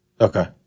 Okay